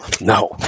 No